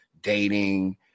dating